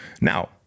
Now